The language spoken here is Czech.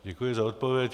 Děkuji za odpověď.